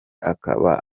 akaba